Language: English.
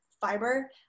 fiber